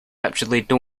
absolutely